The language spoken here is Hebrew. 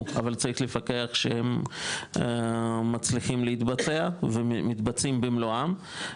אבל צריך לפקח שהם מצליחים להתבצע ומתבצעים במלואם.